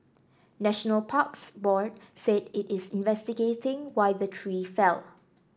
National Parks Board said it is investigating why the tree fell